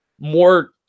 more